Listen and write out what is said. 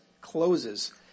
closes